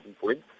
points